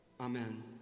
Amen